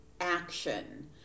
action